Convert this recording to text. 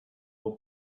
low